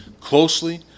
closely